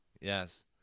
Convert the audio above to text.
Yes